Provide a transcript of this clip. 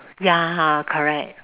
ya correct